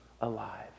alive